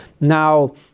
Now